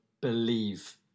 believe